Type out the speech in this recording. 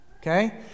okay